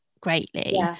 greatly